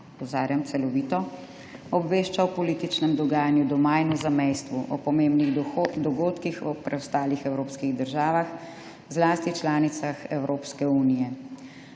»obvešča o političnem dogajanju doma in v zamejstvu, o pomembnih dogodkih, o preostalih evropskih državah, zlasti članicah Evropske unije